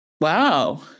Wow